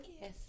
Yes